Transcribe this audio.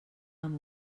amb